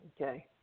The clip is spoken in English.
Okay